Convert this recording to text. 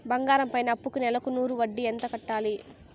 బంగారం పైన అప్పుకి నెలకు నూరు వడ్డీ ఎంత కట్టాలి?